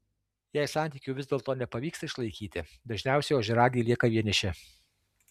jei santykių vis dėlto nepavyksta išlaikyti dažniausiai ožiaragiai lieka vieniši